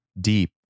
deep